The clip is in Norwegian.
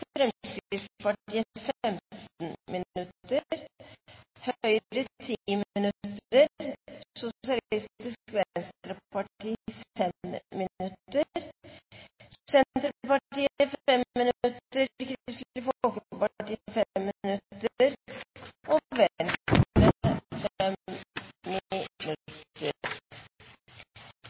Fremskrittspartiet 15 minutter, Høyre 10 minutter, Sosialistisk Venstreparti 5 minutter, Senterpartiet 5 minutter, Kristelig Folkeparti 5 minutter og Venstre 5 minutter.